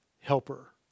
helper